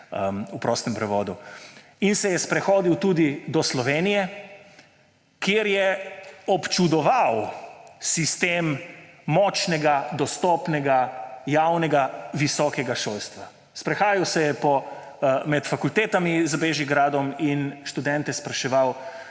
v prostem prevodu. In se je sprehodil tudi do Slovenije, kjer je občudoval sistem močnega, dostopnega javnega visokega šolstva. Sprehajal se je med fakultetami za Bežigradom in študente spraševal: